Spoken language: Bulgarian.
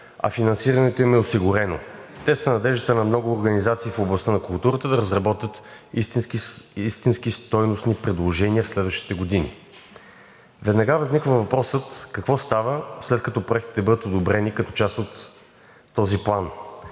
а финансирането им е сигурно. Те са надеждата на много организации в областта на културата да разработят истински стойностни предложения в следващите години. Веднага възниква въпросът: какво става след като този проект бъде одобрен като част от този план?